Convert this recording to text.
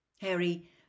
Harry